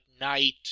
night